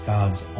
God's